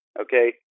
okay